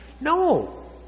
No